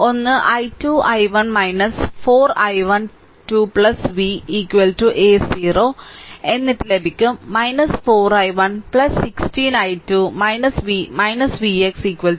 ഒന്ന് 12 i1 4 i l 2 v a 0 എന്നിട്ട് ലഭിക്കും 4 i1 16 i2 v vx 0 എന്നാൽ vx 2 i1